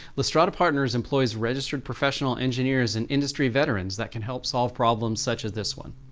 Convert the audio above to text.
lastrada partners employees registered professional engineers and industry veterans that can help solve problems such as this one.